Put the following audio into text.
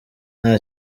nta